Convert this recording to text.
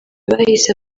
bahise